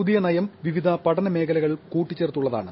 പുതിയ നയം വിവിധ പഠന മേഖലകൾ കൂട്ടിച്ചേർത്തുള്ളതാണ്